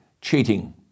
cheating